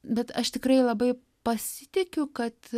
bet aš tikrai labai pasitikiu kad